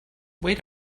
wait